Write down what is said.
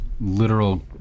literal